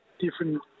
different